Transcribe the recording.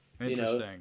Interesting